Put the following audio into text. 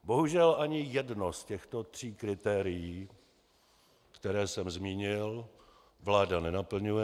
Bohužel ani jedno z těchto tří kritérií, která jsem zmínil, vláda nenaplňuje.